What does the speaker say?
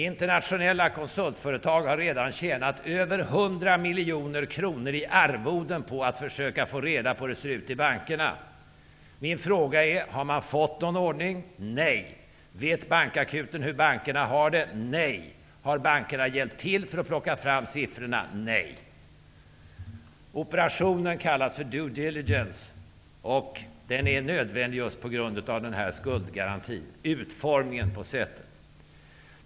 Internationella konsultföretag har redan tjänat över 100 miljoner kronor i arvoden på att försöka få reda på hur det ser ut i bankerna. Mina frågor är: Har man fått någon ordning? Nej. Vet bankakuten hur bankerna har det? Nej. Har bankerna hjälpt till för att plocka fram siffrorna? Nej. Operationen kallas due diligence, och den är nödvändig just på grund av denna skuldgaranti, utformningen på sätet.